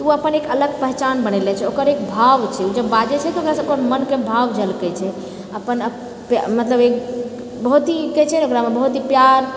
तऽ ओ अपन एक अलग पहचान बनेले छै ओकर एक भाव छै ओ जब बाजै छै तऽ ओकरासँ मनके भाव झलकै छै अपन मतलब एक बहुत ही कहै छै ने ओकरामे बहुत ही एक प्यार